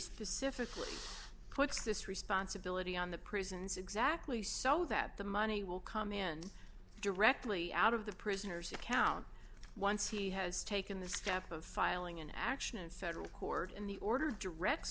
specifically what's this responsibility on the prisons exactly so that the money will come in directly out of the prisoner's account once he has taken the step of filing an action and federal court in the order directs